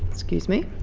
excuse me.